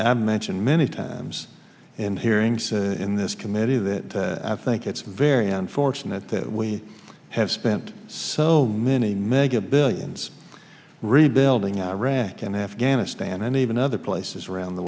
i mentioned many times in hearings in this committee that i think it's very unfortunate that we have spent so many mega billions rebuilding iraq and afghanistan and even other places around the